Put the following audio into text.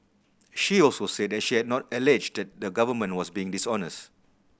she also said that she had not alleged that the Government was being dishonest